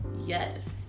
Yes